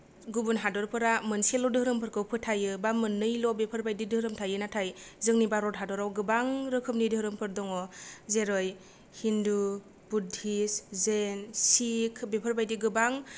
गुबुन हादरफोरा मोनसेल' धोरोमफोरखौ फोथायो बा मोन्नैल' बेफोरबादि धोरोम थायो नाथाय जोंनि भारत हादराव गोबां रोखोमनि धोरोमफोर दङ जेरै हिन्दु बुद्धिस्त जैन शिख बेफोरबायदि गोबां